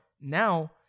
Now